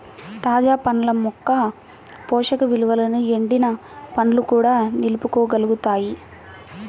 తాజా పండ్ల యొక్క పోషక విలువలను ఎండిన పండ్లు కూడా నిలుపుకోగలుగుతాయి